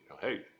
hey